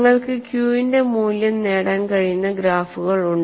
നിങ്ങൾക്ക് Q ന്റെ മൂല്യം നേടാൻ കഴിയുന്ന ഗ്രാഫുകൾ ഉണ്ട്